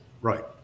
Right